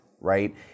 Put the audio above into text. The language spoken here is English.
right